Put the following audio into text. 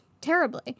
Terribly